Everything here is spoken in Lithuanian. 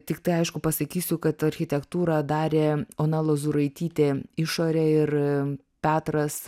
tiktai aišku pasakysiu kad architektūrą darė ona lozuraitytė išorė ir petras